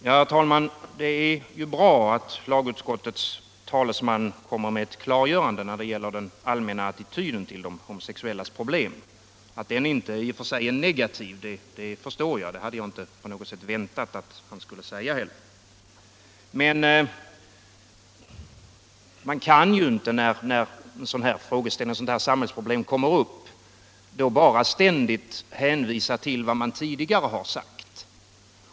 Herr talman! Det är bra att utskottets talesman kommer med ctt klargörande när det gäller den allmänna attityden till de homosexuellas problem. Att utskottet i och för sig inte är negativt förstår jag — och något annat hade jag inte heller väntat att han skulle säga. Men man kan ju inte bara, när sådana här samhällsproblem kommer upp, ständigt hänvisa till vad man tidigare har sagt.